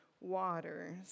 waters